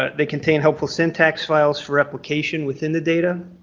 ah they contain helpful syntax files for replication within the data,